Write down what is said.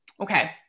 okay